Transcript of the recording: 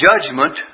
judgment